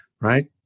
right